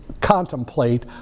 contemplate